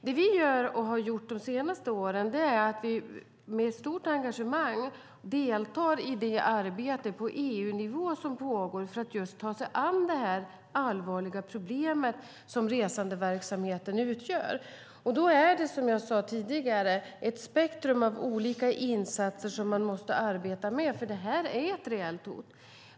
Det vi gör och har gjort de senaste åren är att vi med stort engagemang deltar i det arbete på EU-nivå som pågår för att just ta oss an det allvarliga problem resandeverksamheten utgör. Då är det som jag sade tidigare ett spektrum av olika insatser man måste arbeta med. Det här är nämligen ett reellt hot.